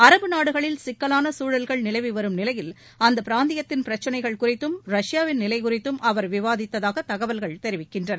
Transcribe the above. அரபு நாடுகளில் சிக்கலாள சூழல்கள் நிலவி வரும் நிலையில் அந்த பிராந்தியத்தின் பிரச்னைகள் குறித்தும் ரஷ்யாவின் நிலை குறித்தும் அவர் விவாதித்ததாக தகவல்கள் தெரிவிக்கின்றன